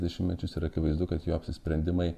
dešimtmečius ir akivaizdu kad jo apsisprendimai